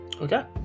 okay